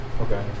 Okay